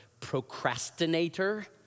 procrastinator